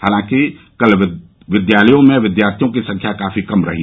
हालांकि कल विद्यालयों में विद्यार्थियों की सख्या काफी कम रही